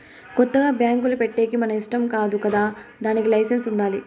కొత్తగా బ్యాంకులు పెట్టేకి మన ఇష్టం కాదు కదా దానికి లైసెన్స్ ఉండాలి